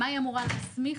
מה היא אמורה להסמיך?